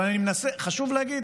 אבל חשוב להגיד,